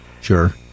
Sure